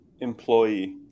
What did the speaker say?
employee